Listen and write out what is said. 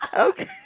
Okay